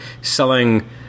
selling